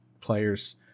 players